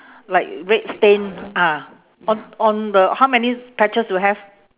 like red stain ah on on the how many patches do you have